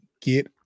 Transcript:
get